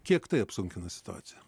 kiek tai apsunkina situaciją